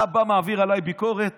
אתה בא, מעביר עליי ביקורת?